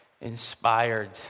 inspired